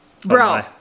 bro